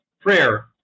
prayer